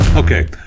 Okay